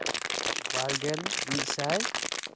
ᱵᱟᱨ ᱜᱮᱞ ᱢᱤᱫ ᱥᱟᱭ